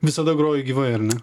visada groji gyvai ar ne